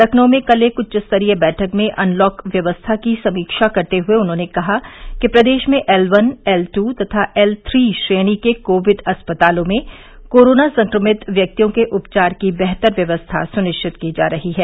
लखनऊ में कल एक उच्च स्तरीय बैठक में अनलॉक व्यवस्था की समीक्षा करते हुए उन्होंने कहा कि प्रदेश में एल वन एल टू तथा एल थ्री श्रेणी के कोविड अस्पतालों में कोरोना संक्रमित व्यक्तियों के उपचार की बेहतर व्यवस्था सुनिश्चित की जा रही है